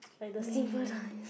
like the simple dance